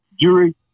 jury